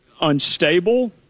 unstable